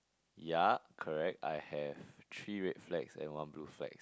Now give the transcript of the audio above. ya correct I have three red flags and one blue flag